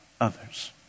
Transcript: others